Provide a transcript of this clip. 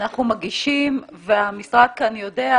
אנחנו מגישים והמשרד כאן יודע,